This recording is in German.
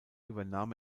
übernahm